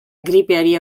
gripeari